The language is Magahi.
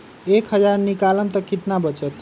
एक हज़ार निकालम त कितना वचत?